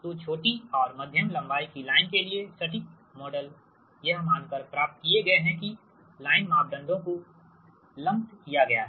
तो छोटी और मध्यम लंबाई की लाइनें के लिए सटीक मॉडल यह मानकर प्राप्त किए गए कि लाइन मापदंडों को लम्पड किया गया है